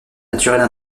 naturelle